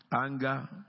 anger